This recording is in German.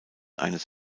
eines